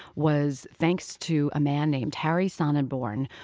was thanks to a man named harry sonneborn,